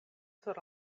sur